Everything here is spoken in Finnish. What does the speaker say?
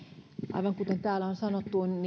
aivan kuten täällä on sanottu